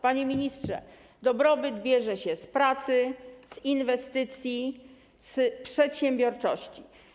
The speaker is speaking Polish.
Panie ministrze, dobrobyt bierze się z pracy, z inwestycji, z przedsiębiorczości.